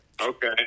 Okay